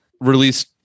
released